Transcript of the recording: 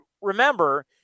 remember